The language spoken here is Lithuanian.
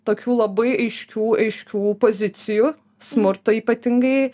tokių labai aiškių aiškių pozicijų smurto ypatingai